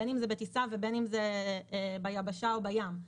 בין אם זה בטיסה ובין אם זה ביבשה או בים,